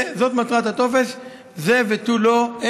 זאת מטרת הטופס, זה ותו לא.